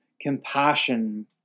compassion